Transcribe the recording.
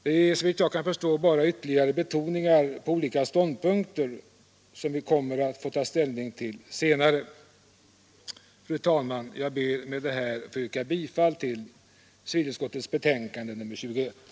Det är såvitt jag kan förstå bara fråga om att ytterligare betona olika ståndpunkter som vi kommer att få ta ställning till senare. Fru talman! Jag yrkar bifall till civilutskottets betänkande nr 21.